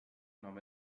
nahm